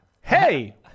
Hey